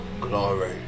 glory